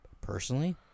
personally